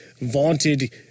vaunted